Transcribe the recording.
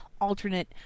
alternate